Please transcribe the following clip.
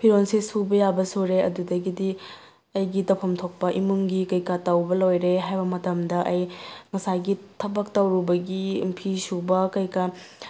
ꯐꯤꯔꯣꯜꯁꯦ ꯁꯨꯕ ꯌꯥꯕ ꯁꯨꯔꯦ ꯑꯗꯨꯗꯒꯤꯗꯤ ꯑꯩꯒꯤ ꯇꯧꯐꯝ ꯊꯣꯛꯄ ꯏꯃꯨꯡꯒꯤ ꯀꯩꯀꯥ ꯇꯧꯕ ꯂꯣꯏꯔꯦ ꯍꯥꯏꯕ ꯃꯇꯝꯗ ꯑꯩ ꯉꯁꯥꯏꯒꯤ ꯊꯕꯛ ꯇꯧꯔꯨꯕꯒꯤ ꯐꯤ ꯁꯨꯕ ꯀꯩꯀꯥ